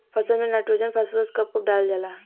फसल में nitrogen phosphorus कब कब डालल जाला?